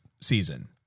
season